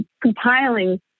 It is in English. compiling